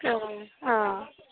অঁ